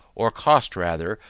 or cost rather,